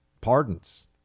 pardons